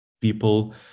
people